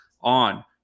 on